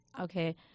okay